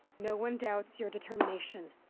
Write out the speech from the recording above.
no one doubts your determination.